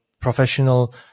professional